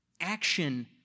Action